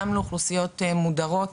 גם לאוכלוסיות מודרות